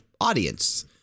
audience